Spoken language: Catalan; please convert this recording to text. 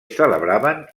celebraven